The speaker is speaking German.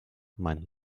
meint